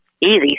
easy